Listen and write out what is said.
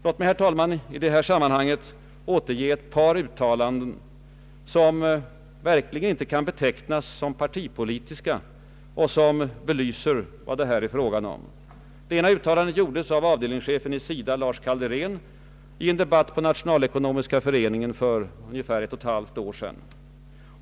Låt mig, herr talman, i detta sammanhang återge ett par uttalanden som verkligen inte kan betecknas som partipolitiska och som belyser vad det här är fråga om. Det ena uttalandet gjordes av avdelningschefen i SIDA, Lars Kailderén, i en debatt på Nationalekonomiska föreningen för ett och ett halvt år sedan.